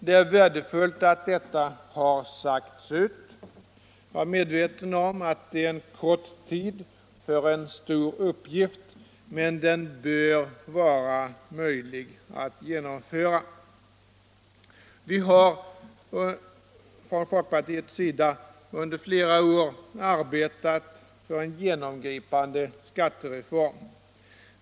Det är värdefullt att detta har sagts ut. Jag är medveten om att det är en kort tid för en stor uppgift, men den bör vara möjlig att genomföra. Vi har från folkpartiets sida under flera år arbetat för en genomgripande skattereform.